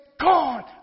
God